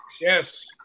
Yes